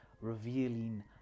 revealing